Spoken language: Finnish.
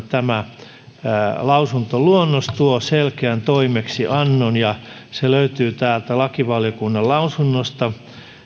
tämä lakivaliokunnan lausunto tuo selkeän toimeksiannon joka löytyy täältä lausunnosta